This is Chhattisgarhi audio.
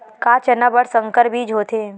का चना बर संकर बीज होथे?